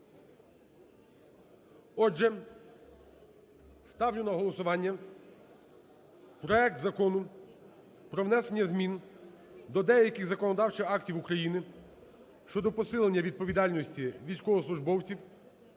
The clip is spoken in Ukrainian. Отже, ставлю на голосування проект Закону про внесення змін до деяких законодавчих актів України щодо посилення відповідальності військовослужбовців